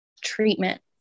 treatment